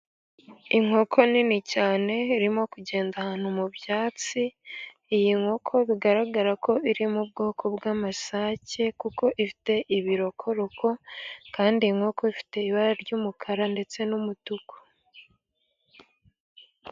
Inkoko nini cyane, irimo kugenda ahantu mu byatsi, iyi nkoko bigaragara ko iri mu bwoko bw'amasake, kuko ifite ibirokoroko, kandi inkoko ifite ibara ry'umukara ndetse n'umutuku.